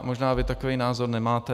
Možná vy takový názor nemáte.